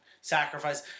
sacrifice